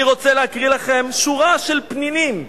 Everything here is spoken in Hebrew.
אני רוצה להקריא לכם שורה של פנינים,